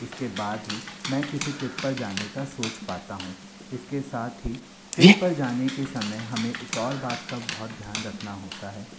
इसके बाद ही मैं किसी ट्रिप पर जाने का सोच पाता हूँ इसके साथ ही ट्रिप पर जाने के समय हमें एक और बात का बहुत ध्यान रखना होता है